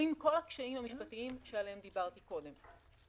עולים כל הקשיים המשפטיים שעליהם דיברתי קודם.